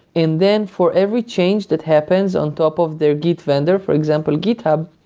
and then for every change that happens on top of their git vendor, for example, github,